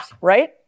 right